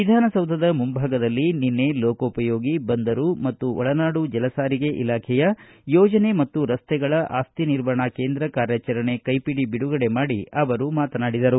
ವಿಧಾನಸೌಧ ಮುಂಭಾಗದಲ್ಲಿ ನಿನ್ನೆ ಲೋಕೋಪಯೋಗಿ ಬಂದರು ಮತ್ತು ಒಳನಾಡು ಜಲಸಾರಿಗೆ ಇಲಾಖೆಯ ಯೋಜನೆ ಮತ್ತು ರಸ್ತೆಗಳ ಆಸ್ತಿ ನಿರ್ವಹಣಾ ಕೇಂದ್ರ ಕಾರ್ಯಚರಣೆ ಕೈಪಿಡಿ ಬಿಡುಗಡೆ ಮಾಡಿ ಅವರು ಮಾತನಾಡಿದರು